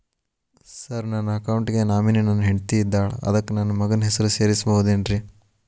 Sir ನನ್ನ account ಗೆ nominee ನನ್ನ ಹೆಂಡ್ತಿ ಇದ್ದಾಳ ಅದಕ್ಕ ನನ್ನ ಮಗನ ಹೆಸರು ಸೇರಸಬಹುದೇನ್ರಿ?